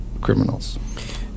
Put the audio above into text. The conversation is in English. criminals